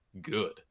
good